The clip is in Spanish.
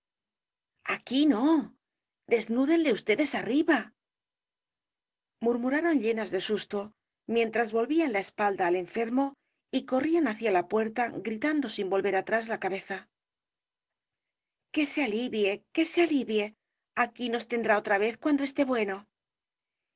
aquí no desnúdenle ustedes arriba murmuraron llenas de susto mientras volvían la espalda al enfermo y corrían hacia la puerta gritando sin volver atrás la cabeza que se alivie que se alivie aquí nos tendrá otra vez cuando esté bueno